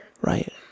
Right